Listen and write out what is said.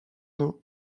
eau